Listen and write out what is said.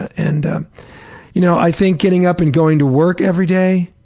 and um you know i think getting up and going to work every day,